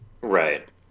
right